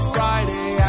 Friday